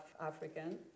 African